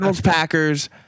Packers